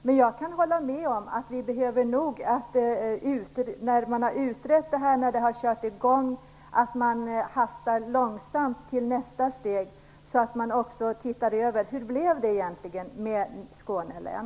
Men jag kan hålla med om att när man har utrett detta, när det har körts i gång, behövs det att man hastar långsamt till nästa steg, så att man också tittar över: Hur blev det egentligen med Skånelän?